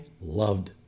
loved